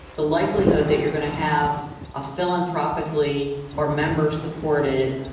the likelihood that you're going to have a philanthropically or member supported,